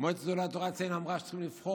מועצת גדולי התורה אצלנו אמרה שצריכים לבחור